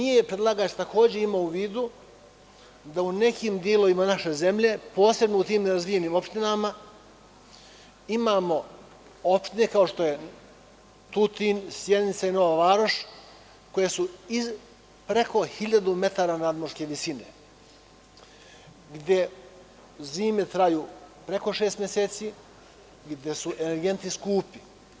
Takođe predlagač nije imao u vidu da u nekim delovima naše zemlje, posebno u tim nerazvijenim opštinama imamo opštine kao što su Tutin, Sjenica i Nova Varoš koje su preko 1.000 metara nadmorske visine gde zime traju preko šest meseci i gde su energenti skupi.